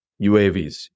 UAVs